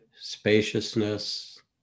spaciousness